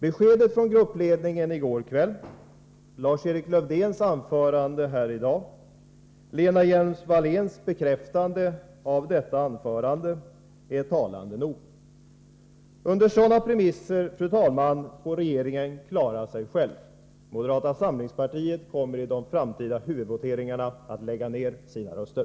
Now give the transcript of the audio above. Beskedet från socialdemokraternas gruppledning i går kväll, Lars-Erik Lövdéns anförande här i dag och Lena Hjelm-Walléns bekräftande av detta anförande är talande nog. Under sådana premisser, fru talman, får regeringen klara sig själv. Moderata samlingspartiet kommer i de kommande huvudvoteringarna att lägga ner sina röster.